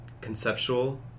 conceptual